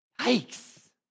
Yikes